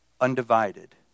undivided